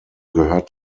gehört